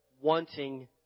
wanting